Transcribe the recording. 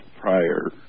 prior